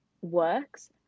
works